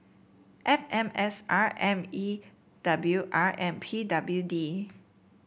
F M S R M E W R and P W D